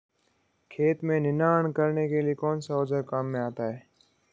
खेत में निनाण करने के लिए कौनसा औज़ार काम में आता है?